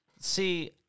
See